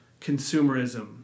consumerism